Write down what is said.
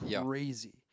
crazy